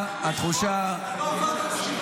שחרר.